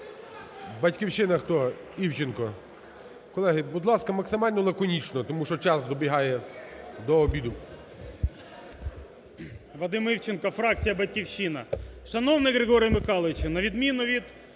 Вадим Івченко, фракція "Батьківщина". Шановний Григорію Михайловичу, на відміну від